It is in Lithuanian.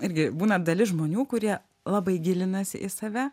irgi būna dalis žmonių kurie labai gilinasi į save